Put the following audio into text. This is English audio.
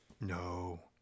No